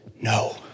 no